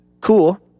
cool